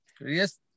Yes